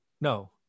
No